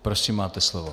Prosím, máte slovo.